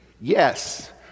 Yes